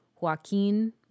Joaquin